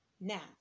Now